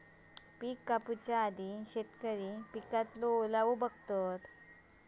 पिक कापूच्या आधी शेतकरी पिकातलो ओलावो बघता